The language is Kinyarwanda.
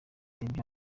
ibyo